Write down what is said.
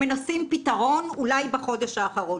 מנסים פתרון אולי בחודש האחרון,